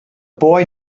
boy